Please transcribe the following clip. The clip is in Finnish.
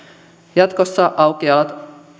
jatkossa